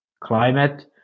climate